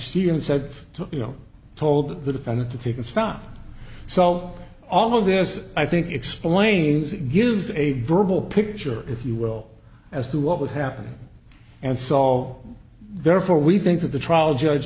had said to you no told the defendant if you can stop so all of this i think explains it gives a verbal picture if you will as to what was happening and so therefore we think that the trial judge